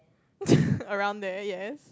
around there yes